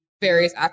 various